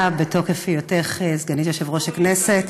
בתוקף היותך סגנית יושבת-ראש הכנסת,